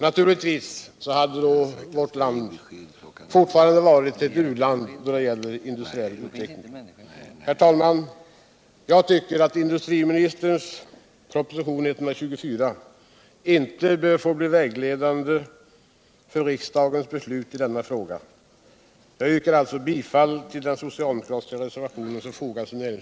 Naturligtvis hade då vårt land fortfarande varit ett u-land då det gäller industriell utveckling. Energiforskning,